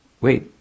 wait